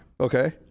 Okay